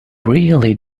really